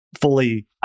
fully